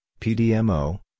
PDMO